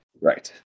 Right